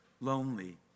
lonely